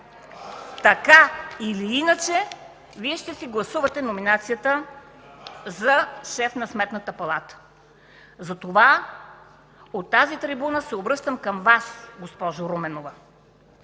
Така или иначе Вие ще си гласувате номинацията за шеф на Сметната палата, затова от тази трибуна се обръщам към Вас, госпожо Руменова,